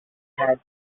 had